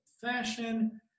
fashion